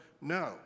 No